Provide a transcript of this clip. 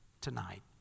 tonight